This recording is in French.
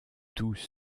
tous